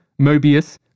Mobius